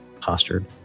postured